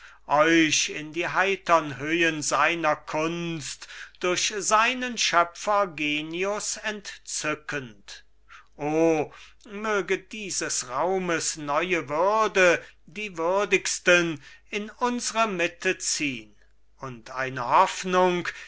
euch in die heitern höhen seiner kunst durch seinen schöpfergenius entzückend o möge dieses raumes neue würde die würdigsten in unsre mitte ziehn und eine hoffnung